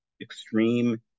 extreme